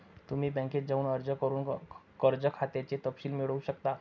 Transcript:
तुम्ही बँकेत जाऊन अर्ज करून कर्ज खात्याचे तपशील मिळवू शकता